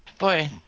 Boy